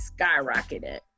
skyrocketed